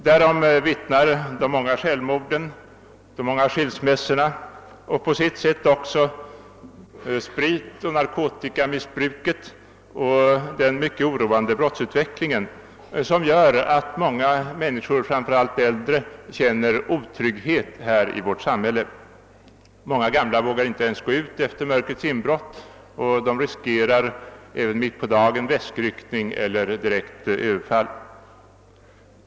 Därom vittnar de många självmorden och skilsmässorna — på sitt sätt även spritoch narkotikamissbruket — samt den mycket oroande brottslighetsutvecklingen, som gör att många människor, framför allt äldre, känner otrygghet i vårt samhälle. Många gamla vågar inte ens gå ut efter mörkrets inbrott och riskerar även mitt på dagen väskryckning eller direkt överfall.